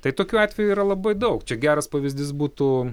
tai tokiu atveju yra labai daug čia geras pavyzdys būtų